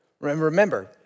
remember